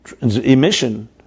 emission